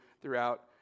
throughout